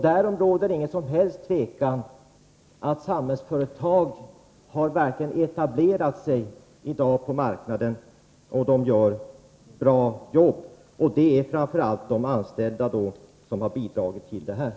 Det råder inget som helst tvivel om att Samhällsföretag i dag verkligen är etablerat på marknaden, och det görs ett bra arbete — och det är framför allt de anställda som har bidragit till detta.